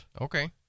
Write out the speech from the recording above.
Okay